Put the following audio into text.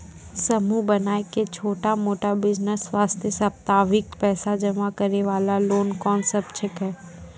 समूह बनाय के छोटा मोटा बिज़नेस वास्ते साप्ताहिक पैसा जमा करे वाला लोन कोंन सब छीके?